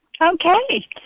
Okay